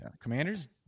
Commanders